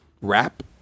Rap